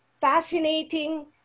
fascinating